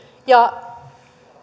ja